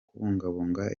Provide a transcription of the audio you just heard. kubungabunga